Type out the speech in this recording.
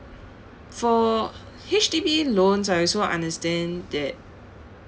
for H_D_B loans I also understand that